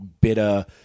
bitter